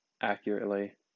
accurately